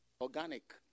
Organic